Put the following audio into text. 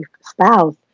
spouse